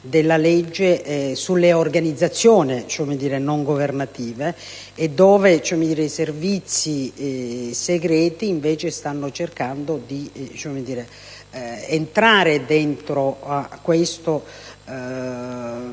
della legge sulle organizzazioni non governative, e i servizi segreti stanno cercando di entrare dentro a questa parte